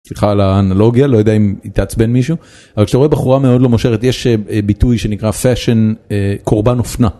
סליחה על האנלוגיה, לא יודע אם היא תעצבן מישהו, אבל כשאתה רואה בחורה מאוד לא מושכת יש אה, אה, ביטוי שנקרא fashion קורבן אופנה.